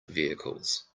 vehicles